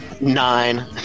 nine